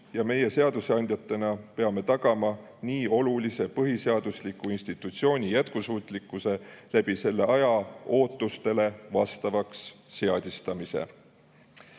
Meie seadusandjatena peame tagama nii olulise põhiseadusliku institutsiooni jätkusuutlikkuse, seadistades selle aja ootustele vastavaks. Kui veel